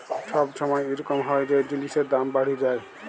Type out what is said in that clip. ছব ছময় ইরকম হ্যয় যে জিলিসের দাম বাড়্হে যায়